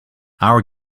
our